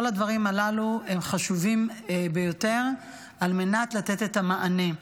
כל הדברים הללו הם חשובים ביותר על מנת לתת את המענה.